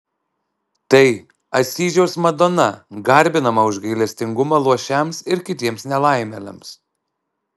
tai asyžiaus madona garbinama už gailestingumą luošiams ir kitiems nelaimėliams